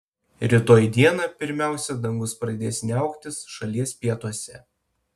rytoj dieną pirmiausia dangus pradės niauktis šalies pietuose